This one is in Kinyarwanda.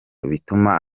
bituma